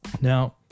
Now